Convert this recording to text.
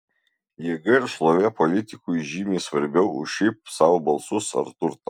jėga ir šlovė politikui žymiai svarbiau už šiaip sau balsus ar turtą